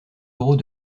euros